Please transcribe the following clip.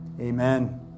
Amen